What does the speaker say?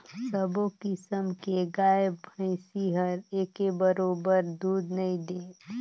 सबो किसम के गाय भइसी हर एके बरोबर दूद नइ दे